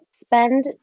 Spend